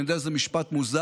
אני יודע שזה משפט מוזר,